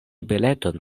bileton